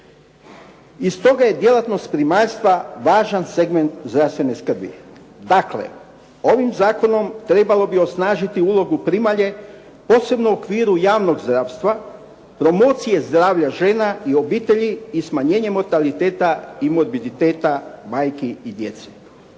I stoga je djelatnost primaljstva važan segment zdravstvene skrbi. Dakle, ovim zakonom trebalo bi osnažiti ulogu primalje, posebno u okviru javnog zdravstva, promocije zdravlja žena i obitelji i smanjenjem mortaliteta i modbiditeta majke i djece.